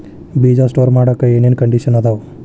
ಬೇಜ ಸ್ಟೋರ್ ಮಾಡಾಕ್ ಏನೇನ್ ಕಂಡಿಷನ್ ಅದಾವ?